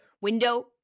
window